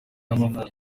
y’amavuko